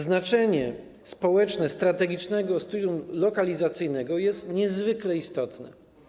Znaczenie społeczne strategicznego studium lokalizacyjnego jest niezwykle istotne.